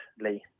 Lee